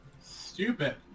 stupid